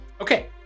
Okay